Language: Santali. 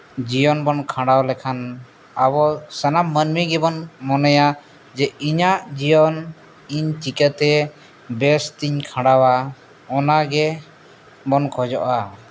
ᱡᱤᱭᱚᱱ ᱵᱚᱱ ᱠᱷᱟᱸᱰᱟᱣ ᱞᱮᱠᱷᱟᱱ ᱟᱵᱚ ᱥᱟᱱᱟᱢ ᱢᱟᱹᱱᱢᱤ ᱜᱮᱵᱚᱱ ᱢᱚᱱᱮᱭᱟ ᱡᱮ ᱤᱧᱟᱹᱜ ᱡᱤᱭᱚᱱ ᱤᱧ ᱪᱤᱠᱟᱹᱛᱮ ᱵᱮᱥᱛᱤᱧ ᱠᱷᱟᱸᱰᱟᱣᱟ ᱚᱱᱟᱜᱮ ᱵᱚᱱ ᱠᱷᱚᱡᱚᱜᱼᱟ